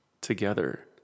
together